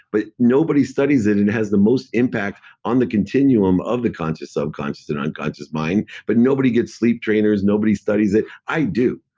but nobody studies it, and it has the most impact on the continuum of the conscious, subconscious, and unconscious mind. but nobody gets sleep trainers, nobody studies it. i do.